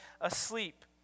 asleep